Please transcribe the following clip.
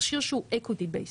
מכשיר שהוא equity based,